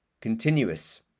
continuous